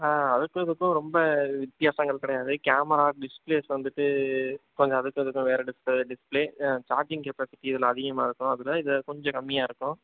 அதுக்கும் இதுக்கும் ரொம்ப வித்தியாசங்கள் கிடையாது கேமரா டிஸ்ப்ளேஸ் வந்துட்டு கொஞ்சம் அதுக்கும் இதுக்கும் வேறு டிஃப்ரெ டிஸ்பிளே சார்ஜிங் கெப்பாசிட்டி இதில் அதிகமாக இருக்கும் அதில் இதில் கொஞ்சம் கம்மியாக இருக்கும்